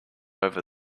over